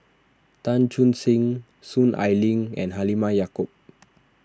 Chan Chun Sing Soon Ai Ling and Halimah Yacob